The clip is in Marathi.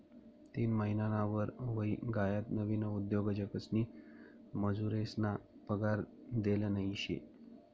तीन महिनाना वर व्हयी गयात नवीन उद्योजकसनी मजुरेसना पगार देल नयी शे